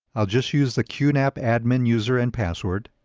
i'll just use the qnap admin user and password